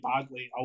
badly